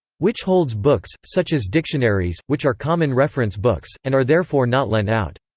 which holds books, such as dictionaries, which are common reference books, and are therefore not lent out.